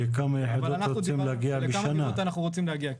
ולכמה יחידות רוצים להגיע בשנה.